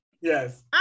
yes